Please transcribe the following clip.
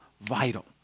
vital